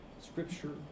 scripture